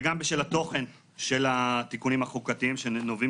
וגם בשל התוכן של התיקונים החוקתיים שנובעים